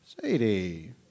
Sadie